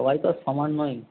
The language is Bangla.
সবাই তো আর সমান নয়